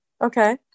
Okay